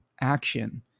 action